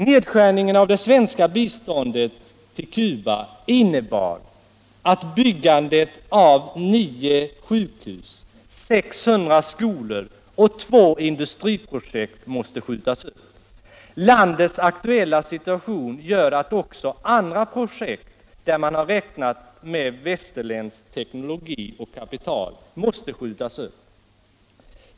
Nedskärningen av det svenska biståndet till Cuba innebar att byggandet av nio sjukhus, 600 skolor och två industriprojekt måste skjutas upp. Landets aktuella situation gör att också andra projekt där man har räknat med västerländsk teknologi och västerländskt kapital måste skjutas upp.